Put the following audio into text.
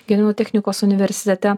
gedimino technikos universitete